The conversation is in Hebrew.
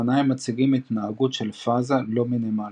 אופניים מציגים התנהגות של פאזה לא מינימלית,